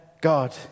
God